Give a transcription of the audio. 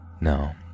No